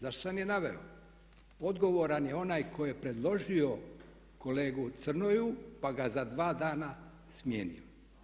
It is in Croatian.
Zato sam i naveo odgovoran je onaj tko je predložio kolegu Crnoju pa ga za dva dana smijenio.